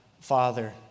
Father